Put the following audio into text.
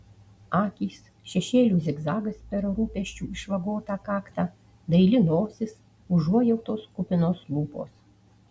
akys šešėlių zigzagas per rūpesčių išvagotą kaktą daili nosis užuojautos kupinos lūpos